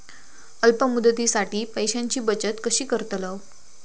अल्प मुदतीसाठी पैशांची बचत कशी करतलव?